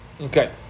Okay